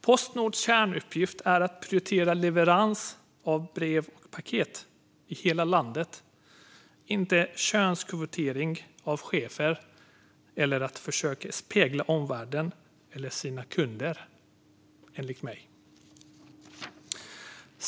Postnords kärnuppgift är att prioritera leverans av brev och paket i hela landet - inte könskvotering av chefer eller att försöka spegla omvärlden eller sina kunder, enligt mig.